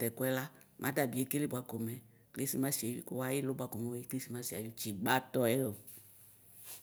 tɛkuɛla matabi ekele bʋa komɛ krisimasi ayʋtsi gbatɔɛɔ.